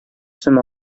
сум